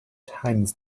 times